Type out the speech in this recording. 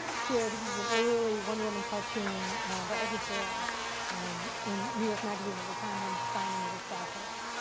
here, this is an early wonder woman cartoon by edward sorel in new york magazine at a time when steinem was a staff writer.